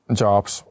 jobs